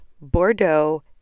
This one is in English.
Bordeaux